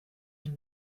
nel